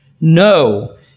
No